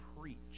preach